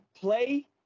play